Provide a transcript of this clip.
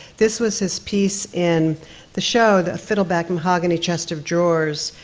this was his piece in the show that fiddle-back, mahogany, chest of drawers,